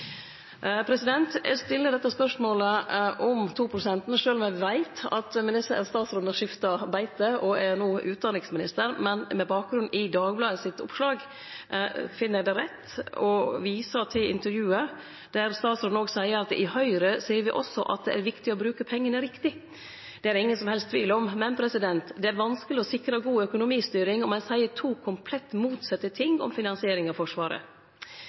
Eg stiller dette spørsmålet om 2-prosenten, sjølv om eg veit at den tidlegare forsvarsministeren har skifta beite og no er utanriksminister. Men med bakgrunn i oppslaget i Dagbladet finn eg det rett å vise til intervjuet der statsråden òg seier at «i Høyre sier vi også at det er viktig å bruke pengene riktig». Det er det ingen som helst tvil om, men det er vanskeleg å sikre god økonomistyring om ein seier to komplett motsette ting om finansiering av Forsvaret.